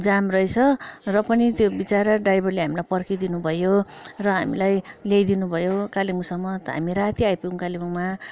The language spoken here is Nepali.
जाम रहेछ र पनि त्यो बिचरा ड्राइभरले हामीलाई पर्खिदिनु भयो र हामीलाई ल्याइदिनु भयो कालेबुङसम्म अन्त हामी राति आइपुग्यौँ कालेबुङमा